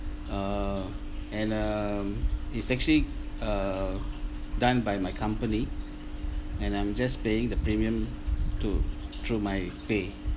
err and um it's actually err done by my company and I'm just playing the premium to through my pay